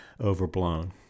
overblown